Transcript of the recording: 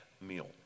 meal